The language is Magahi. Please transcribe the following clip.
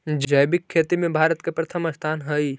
जैविक खेती में भारत के प्रथम स्थान हई